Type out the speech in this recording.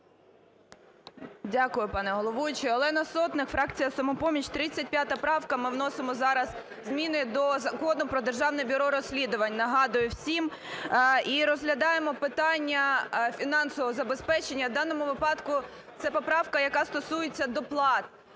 Дякую, пане Головуючий. Олена Сотник, фракція "Самопоміч". 35 правка. Ми вносимо зараз зміни до Закону "Про Державне бюро розслідувань", нагадую всім. І розглядаємо питання фінансового забезпечення. В даному випадку це поправка, яка стосується доплат,